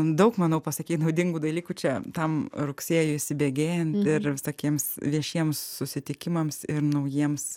daug manau pasakei naudingų dalykų čia tam rugsėjui įsibėgėjant ir visokiems viešiems susitikimams ir naujiems